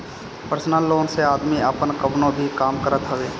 personal loan से आदमी आपन कवनो भी काम करत हवे